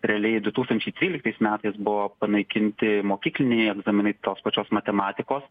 realiai du tūkstančiai tryliktais metais buvo panaikinti mokykliniai egzaminai tos pačios matematikos